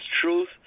truth